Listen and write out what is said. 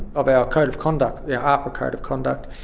of our code of conduct, the ahpra code of conduct.